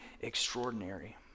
extraordinary